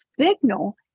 signal